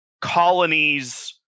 colonies